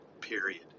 period